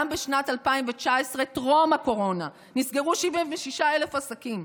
גם בשנת 2019, טרום הקורונה, נסגרו 76,000 עסקים.